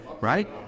Right